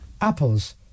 Apples